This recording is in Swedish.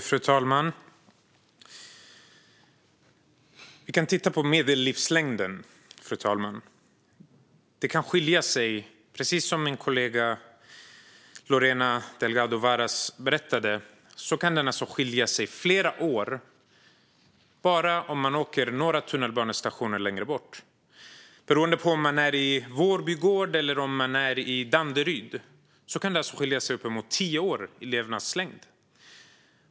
Fru talman! Vi kan titta på medellivslängden. Precis som min kollega Lorena Delgado Varas berättade kan den alltså skilja sig flera år bara några tunnelbanestationer längre bort. Beroende på om man bor i Vårby gård eller om man bor i Danderyd kan det skilja sig uppemot tio år i levnadslängd.